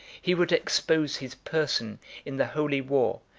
he would expose his person in the holy war,